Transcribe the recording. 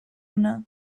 ona